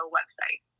website